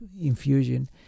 infusion